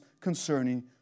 concerning